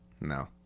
no